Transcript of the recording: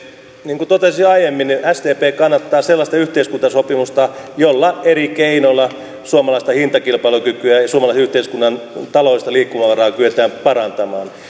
niin kuin totesin aiemmin sdp kannattaa sellaista yhteiskuntasopimusta jolla eri keinoilla suomalaista hintakilpailukykyä ja suomalaisen yhteiskunnan taloudellista liikkumavaraa kyetään parantamaan